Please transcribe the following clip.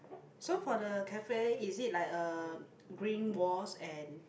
so for the cafe is it like a green walls and